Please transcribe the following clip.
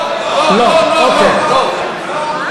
לא, לא, לא.